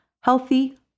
healthy